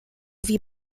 wie